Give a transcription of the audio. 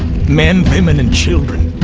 men, women, and children,